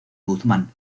guzmán